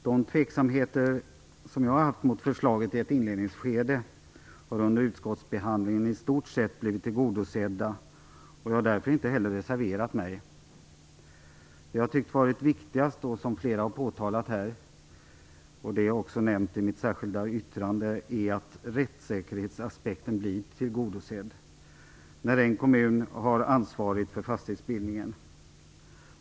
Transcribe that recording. Herr talman! Jag kände tveksamhet inför förslaget i ett inledningsskede. Men under utskottsbehandlingen har mina önskemål i stort sett blivit tillgodosedda. Jag har därför inte reserverat mig. Vad jag tyckt vara viktigast, och flera har pekat på det här och det är också nämnt i mitt särskilda yttrande, är att rättssäkerhetsaspekten blir tillgodosedd när en kommun har ansvaret för fastighetsbildningen.